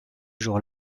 jour